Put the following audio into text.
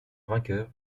vainqueur